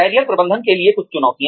career प्रबंधन के लिए कुछ चुनौतियाँ